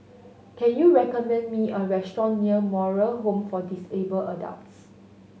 can you recommend me a restaurant near Moral Home for Disabled Adults